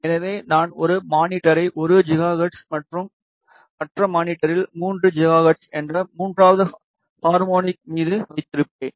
எனவே நான் ஒரு மானிட்டரை 1 ஜிகாஹெர்ட்ஸ் மற்றும் மற்ற மானிட்டரில் 3 ஜிகாஹெர்ட்ஸ் என்ற மூன்றாவது ஹார்மோனிக் மீது வைத்திருப்பேன்